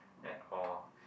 at all